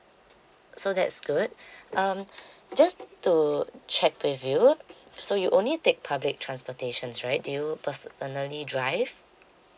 so that's good um just to check with you so you only take public transportations right do you personally drive